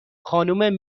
خانم